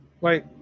Wait